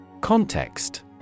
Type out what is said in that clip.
Context